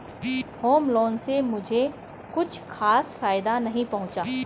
home loan से मुझे कुछ खास फायदा नहीं पहुंचा